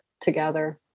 together